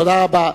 תודה רבה.